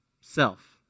self